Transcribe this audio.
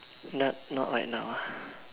not not right now ah